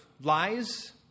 lies